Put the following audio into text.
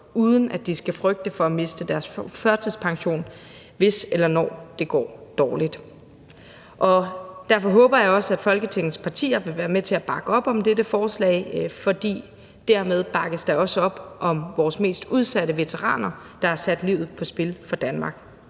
uden at de skal frygte for at miste deres førtidspension, hvis eller når det går dårligt. Derfor håber jeg også, at Folketingets partier vil være med til at bakke op om dette forslag. For dermed bakkes der også op om vores mest udsatte veteraner, der har sat livet på spil for Danmark.